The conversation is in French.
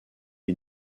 les